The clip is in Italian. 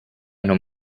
non